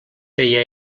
feia